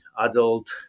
adult